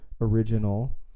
original